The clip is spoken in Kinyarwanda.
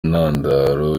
ntandaro